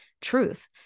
truth